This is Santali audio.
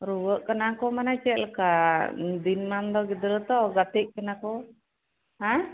ᱨᱩᱣᱟᱹᱜ ᱠᱟᱱᱟ ᱠᱚ ᱢᱟᱱᱮ ᱪᱮᱫ ᱞᱮᱠᱟ ᱫᱤᱱᱢᱟᱱ ᱛᱚ ᱜᱤᱫᱽᱨᱟᱹ ᱛᱚ ᱜᱟᱛᱮᱜ ᱠᱟᱱᱟ ᱠᱚ ᱦᱮᱸ